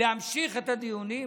להמשיך את הדיונים,